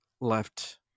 left